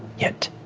yet.